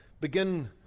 begin